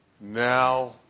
now